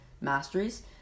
masteries